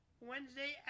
Wednesday